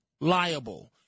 liable